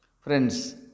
Friends